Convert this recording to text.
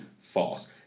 False